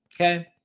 okay